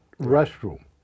restroom